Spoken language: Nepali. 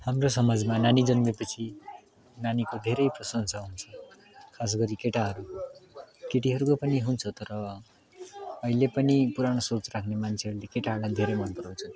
हाम्रो समाजमा नानी जन्मेपछि नानीको धेरै प्रशंसा हुन्छ खासगरी केटाहरू केटीहरूको पनि हुन्छ तर अहिले पनि पुराना सोच राख्ने मान्छेहरूले केटाहरूलाई धेरै मन पराउँछन्